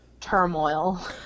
turmoil